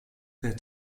der